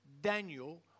Daniel